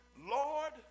Lord